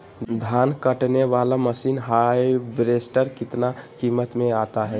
धान कटने बाला मसीन हार्बेस्टार कितना किमत में आता है?